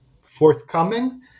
forthcoming